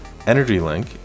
EnergyLink